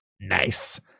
nice